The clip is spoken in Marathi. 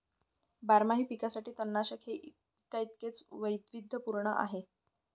बारमाही पिकांसाठी तणनाशक हे पिकांइतकेच वैविध्यपूर्ण आहे